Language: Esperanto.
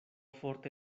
forte